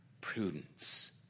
prudence